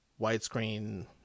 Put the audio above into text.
widescreen